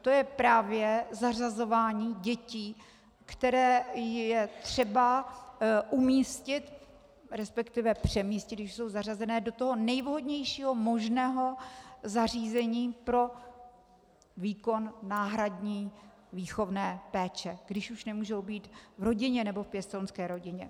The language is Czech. To je právě zařazování dětí, které je třeba umístit, resp. přemístit, když už jsou zařazené, do nejvhodnějšího možného zařízení pro výkon náhradní výchovné péče, když už nemůžou být v rodině nebo v pěstounské rodině.